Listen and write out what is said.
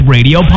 Radio